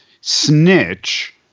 snitch